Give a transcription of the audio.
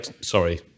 sorry